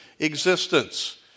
Existence